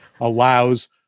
allows